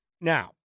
Now